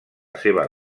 seva